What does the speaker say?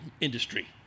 industry